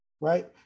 Right